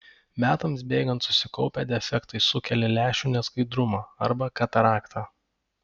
metams bėgant susikaupę defektai sukelia lęšių neskaidrumą arba kataraktą